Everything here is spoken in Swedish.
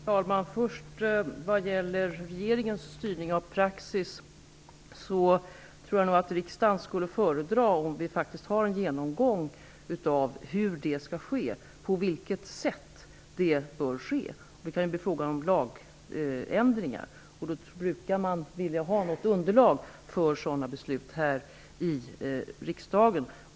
Fru talman! Vad gäller regeringens styrning tror jag att riksdagen skulle föredra om vi faktiskt gjorde en genomgång av hur det skall ske. Det kan bli fråga om lagändringar. Man brukar vilja ha ett underlag för sådana beslut här i riksdagen.